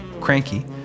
cranky